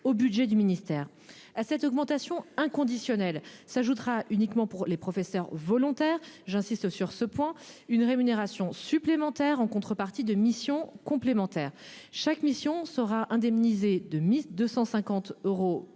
budget du ministère à cette augmentation inconditionnel s'ajoutera uniquement pour les professeurs volontaires, j'insiste sur ce point, une rémunération supplémentaire en contrepartie de missions complémentaires chaque mission sera indemnisé 2250 euros